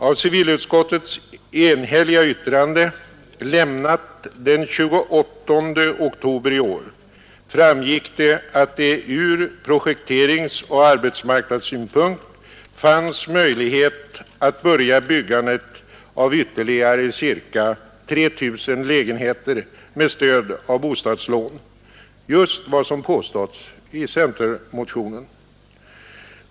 Av civilutskottets enhälliga yttrande, lämnat den 28 oktober i år, framgick att det från projekterings— och arbetsmarknadssynpunkt fanns möjlighet att börja byggandet av ytterligare ca 3 000 lägenheter med stöd av bostadslån — just vad som påståtts i centermotionen.